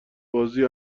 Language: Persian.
بازی